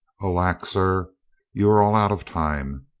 alack, sir, you are all out of time.